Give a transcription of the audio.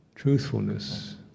Truthfulness